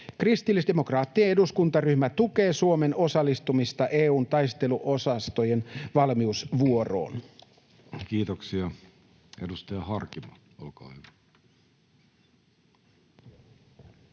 Kristillisdemokraattien eduskuntaryhmä tukee Suomen osallistumista EU:n taisteluosastojen valmiusvuoroon. Kiitoksia. — Edustaja Harkimo, olkaa hyvä.